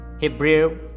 Hebrew